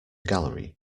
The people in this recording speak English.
gallery